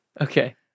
Okay